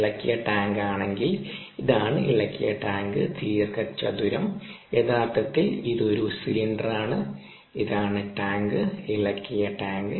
ഇളക്കിയ ടാങ്ക് ആണെങ്കിൽ ഇതാണ് ഇളക്കിയ ടാങ്ക് ദീർഘചതുരം യഥാർത്ഥത്തിൽ ഇത് ഒരു സിലിണ്ടറാണ് ഇതാണ് ടാങ്ക് ഇളക്കിയ ടാങ്ക്